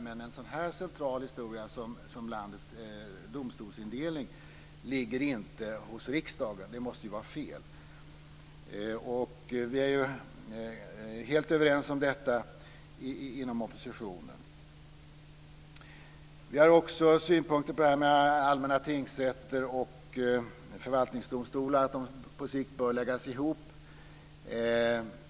Men att en så central historia som landets domstolsindelning inte ligger hos riksdagen måste vara fel. Vi är helt överens om detta inom oppositionen. Vi har också synpunkter på det här att allmänna tingsrätter och förvaltningsdomstolar på sikt bör läggas ihop.